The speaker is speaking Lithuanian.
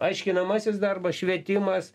aiškinamasis darbas švietimas